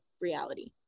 reality